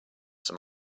some